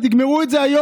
אתם תגמרו את זה היום.